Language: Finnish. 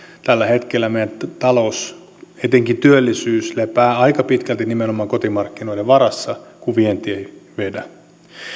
tällä hetkellä meidän taloutemme etenkin työllisyys lepää aika pitkälle nimenomaan kotimarkkinoiden varassa kun vienti ei vedä